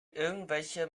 irgendwelche